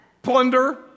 Plunder